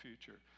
future